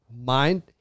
mind